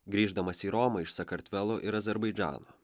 grįždamas į romą iš sakartvelo ir azerbaidžano